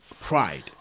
pride